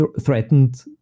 threatened